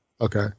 okay